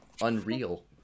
unreal